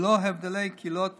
ללא הבדלי קהילות וקבוצות,